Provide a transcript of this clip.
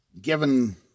given